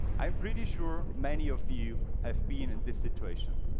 i'm pretty sure many of you have been in this situation.